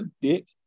dick